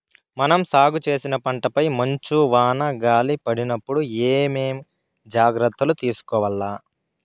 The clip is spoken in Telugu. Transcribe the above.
మనం సాగు చేసిన పంటపై మంచు, వాన, గాలి పడినప్పుడు ఏమేం జాగ్రత్తలు తీసుకోవల్ల?